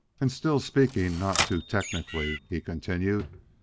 and still speaking not too technically, he continued,